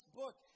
book